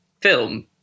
film